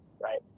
right